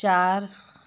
चार